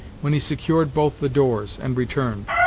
when he secured both the doors, and returned.